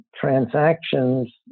transactions